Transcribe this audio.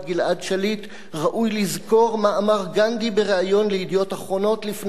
ראוי לזכור מה אמר גנדי בריאיון ל"ידיעות אחרונות" לפני 20 שנה: